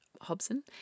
Hobson